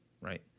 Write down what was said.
right